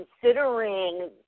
considering